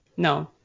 No